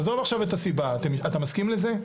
עזוב עכשיו את הסיבה, אתה מסכים לזה?